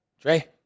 Dre